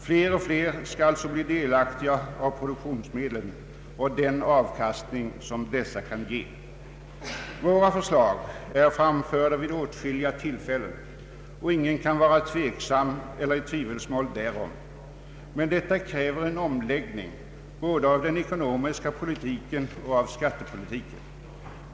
Fler och fler skall alltså bli delaktiga i produktionsmedlen och den avkastning som dessa kan ge. Våra förslag är framförda vid åtskilliga tillfällen, och ingen kan vara tveksam eller sväva i tvivelsmål därom. Men införandet av ett sådant sparsystem kräver en omläggning både av den ekonomiska po litiken och av skattepolitiken.